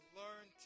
learn